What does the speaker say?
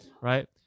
right